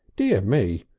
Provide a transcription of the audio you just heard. dear me!